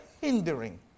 hindering